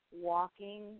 walking